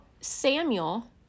samuel